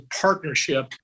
partnership